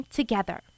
together